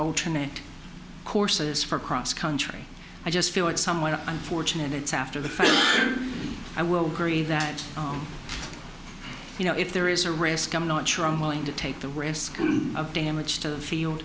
alternate courses for cross country i just feel it's somewhat unfortunate it's after the fact i will agree that you know if there is a risk i'm not sure i'm willing to take the risk of damage to the field